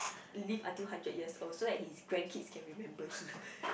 live until hundred years old so that his grand kids can remember him